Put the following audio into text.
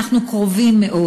אנחנו קרובים מאוד.